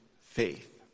faith